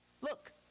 Look